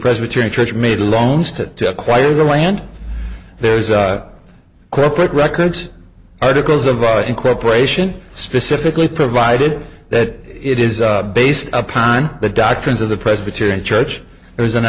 presbyterian church made loans to acquire the land there's corporate records articles of incorporation specifically provided that it is based upon the doctrines of the presbyterian church there is an